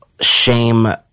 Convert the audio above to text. shame